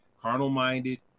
carnal-minded